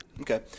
Okay